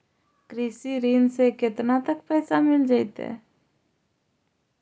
कृषि ऋण से केतना तक पैसा मिल जइतै?